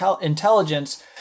intelligence